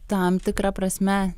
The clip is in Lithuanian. tam tikra prasme